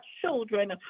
children